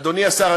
אדוני השר,